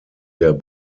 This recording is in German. der